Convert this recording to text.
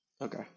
Okay